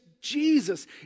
Jesus